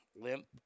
Limp